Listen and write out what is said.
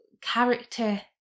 character